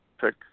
pick